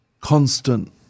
constant